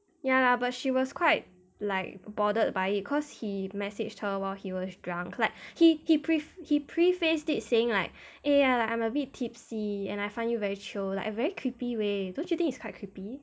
ya lah but she was quite like bothered by it cause he messaged her while he was drunk like he he pre~ prefaced it saying like eh I'm a bit tipsy and I find you very chio like a very creepy way don't you think it's quite creepy